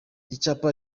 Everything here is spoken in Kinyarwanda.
icyapa